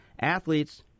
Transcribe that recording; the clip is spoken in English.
Athletes